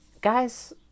Guys